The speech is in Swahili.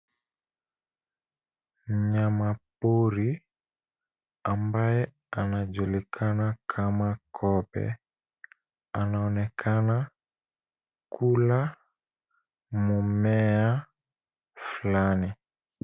Mnyamapori ambaye anajulikana kama kobe anaonekana kula mmea fulani.